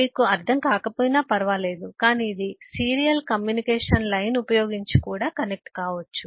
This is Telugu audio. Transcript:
మీకు అర్థం కాకపోయినా ఫర్వాలేదు కాని ఇది సీరియల్ కమ్యూనికేషన్ లైన్ ఉపయోగించి కూడా కనెక్ట్ కావచ్చు